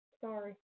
Sorry